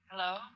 Hello